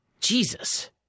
Jesus